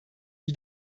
die